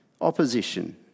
opposition